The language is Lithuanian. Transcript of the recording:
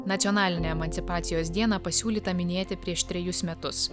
nacionalinę emancipacijos dieną pasiūlyta minėti prieš trejus metus